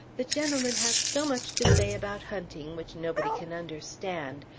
the gentlemen have so much to say about hunting which nobody can understand!